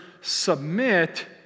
submit